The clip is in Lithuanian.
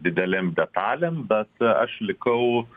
didelėm detalėm bet aš likau